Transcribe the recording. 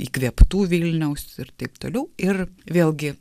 įkvėptų vilniaus ir taip toliau ir vėlgi